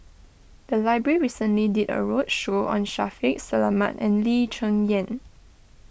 the library recently did a roadshow on Shaffiq Selamat and Lee Cheng Yan